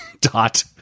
dot